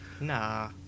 Nah